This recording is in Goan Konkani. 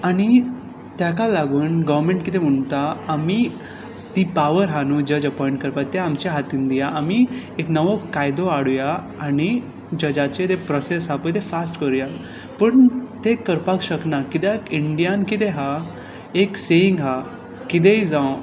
आनी ताका लागून गव्हर्मेंट कितें म्हणटा आमी ती पावर आसा न्हू जज अपॉंयंट करपाची ते आमच्या हातींत दिया आमी एक नवो कायदो हाडुंया आनी जजाचें जो प्रोसेस आसा पळय तें फास्ट करुंया पूण ते करपाक शकना कित्याक इंडियांत कितें आसा एक सेयिंग आसा कितेंय जावं